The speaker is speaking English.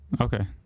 Okay